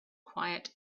quiet